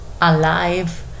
alive